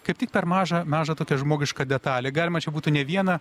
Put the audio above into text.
kaip tik per mažą mažą tokią žmogiška detalę galima čia būtų ne vieną